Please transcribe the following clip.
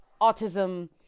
autism